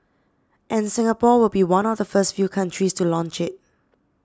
and Singapore will be one of the first few countries to launch it